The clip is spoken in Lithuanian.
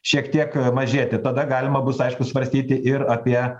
šiek tiek mažėti tada galima bus aišku svarstyti ir apie